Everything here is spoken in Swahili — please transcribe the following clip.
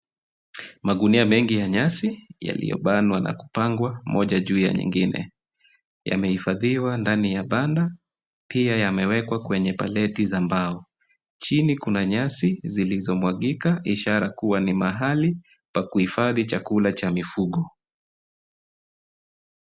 Magunia mengi ya nyasi yaliyobanwa na kupangwa Moja juu ya nyingine yamehifadhiwa ndani ya bana pia yamewekwa kwenye paleti za mbao ,chini Kuna nyasi zilizomwagika ishara kua ni mahali pa kuifadhi chakula Cha mifugo .